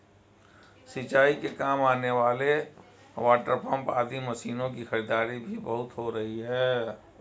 सिंचाई के काम आने वाले वाटरपम्प आदि मशीनों की खरीदारी भी बहुत हो रही है